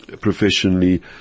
professionally